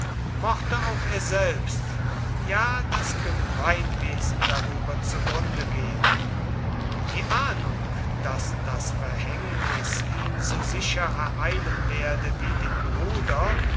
mochte auch er selbst ja das gemeinwesen darüber zugrunde gehen die ahnung daß das verhängnis ihn so sicher ereilen werde wie den bruder